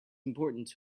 important